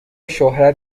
شوهرت